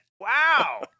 Wow